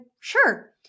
sure